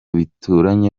bituranye